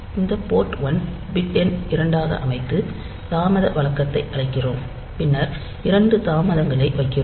இந்த port 1 bit எண் இரண்டாக அமைத்து தாமத வழக்கத்தை அழைக்கிறோம் பின்னர் இரண்டு தாமதங்களை வைக்கிறோம்